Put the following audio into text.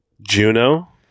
Juno